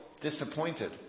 disappointed